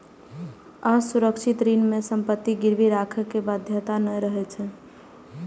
असुरक्षित ऋण मे संपत्ति गिरवी राखै के बाध्यता नै रहै छै